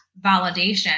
validation